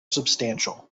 substantial